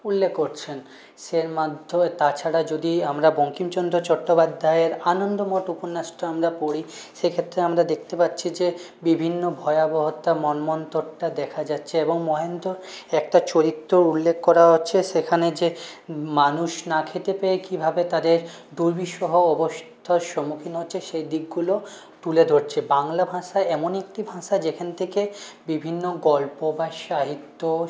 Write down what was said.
উল্লেখ করছেন সের মাধ্যমে তা ছাড়া যদি আমরা বঙ্কিমচন্দ্র চট্টোপাধ্যায়ের আনন্দমঠ উপন্যাসটা আমরা পড়ি সে ক্ষেত্রে আমরা দেখতে পাচ্ছি যে বিভিন্ন ভয়াবহতা মন্বন্তরটা দেখা যাচ্ছে এবং মহেন্দ্রর একটা চরিত্র উল্লেখ করা হচ্ছে সেখানে যে মানুষ না খেতে পেয়ে কী ভাবে তাদের দুর্বিষহ অবস্থার সম্মুখীন হচ্ছে সেই দিকগুলো তুলে ধরছে বাংলা ভাষা এমনই একটি ভাষা যেখান থেকে বিভিন্ন গল্প বা সাহিত্য